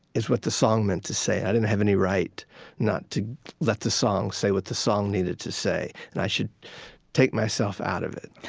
it's what the song meant to say. i didn't have any right not to let the song say what the song needed to say. and i should take myself out of it.